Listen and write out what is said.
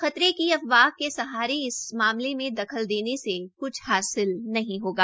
खतरे की अपवाह के सहारे इस मामले में दखल देने से क्छ हासिल नहीं होगा